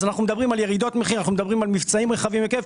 אנחנו מדברים על ירידות מחיר ועל מבצעים רחבי היקף.